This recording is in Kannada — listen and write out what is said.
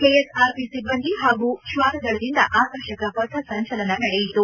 ಕೆಎಸ್ ಆರ್ ಪಿ ಸಿಬ್ಬಂದಿ ಹಾಗೂ ಶ್ವಾನದಳದಿಂದ ಆಕರ್ಷಕ ಪಥ ಸಂಚಲನ ನಡೆಯಿತು